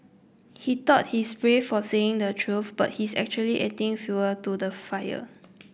he thought he's brave for saying the truth but he's actually adding fuel to the fire